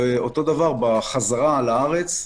ואותו דבר בחזרה לארץ,